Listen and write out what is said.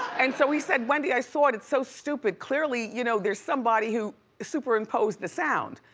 and so we said, wendy, i saw it, it's so stupid, clearly you know there's somebody who superimposed the sound.